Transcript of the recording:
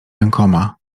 rękoma